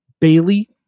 bailey